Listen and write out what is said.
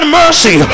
mercy